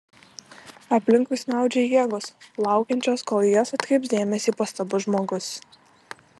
aplinkui snaudžia jėgos laukiančios kol į jas atkreips dėmesį pastabus žmogus